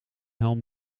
helm